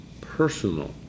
personal